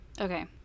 Okay